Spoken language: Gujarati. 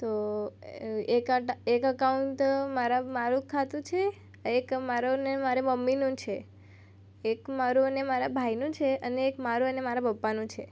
તો એક અકાઉન્ટ મારા મારું ખાતું છે એક મારું ને મારી મમ્મીનું છે એક મારું અને મારા ભાઈનું છે અને એક મારું અને મારા પપ્પાનું છે